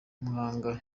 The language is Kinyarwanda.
muhanga